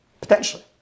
Potentially